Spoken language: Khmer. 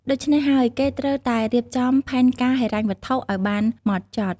ដូច្នេះហើយគេត្រូវតែរៀបចំផែនការហិរញ្ញវត្ថុឲ្យបានម៉ត់ចត់។